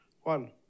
one